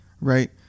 right